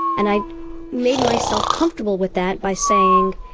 and i'd made myself comfortable with that by saying,